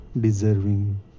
deserving